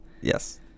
Yes